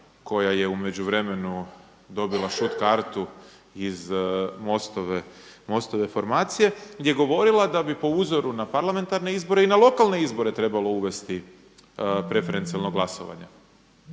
koja je u međuvremenu dobila šut-kartu iz MOST-ove formacije gdje je govorila da bi po uzoru na parlamentarne izbore i na lokalne izbore trebalo uvesti preferencijalno glasovanje.